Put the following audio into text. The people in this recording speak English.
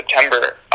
September